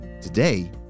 Today